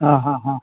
હા હા હા